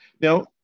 Now